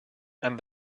and